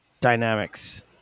Dynamics